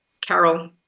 Carol